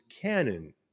canon